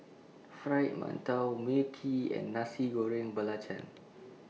Fried mantou Mui Kee and Nasi Goreng